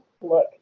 Look